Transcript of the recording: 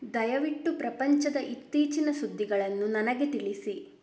ದಯವಿಟ್ಟು ಪ್ರಪಂಚದ ಇತ್ತೀಚಿನ ಸುದ್ದಿಗಳನ್ನು ನನಗೆ ತಿಳಿಸಿ